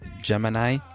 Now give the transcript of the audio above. Gemini